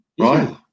Right